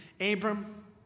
Abram